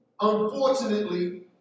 unfortunately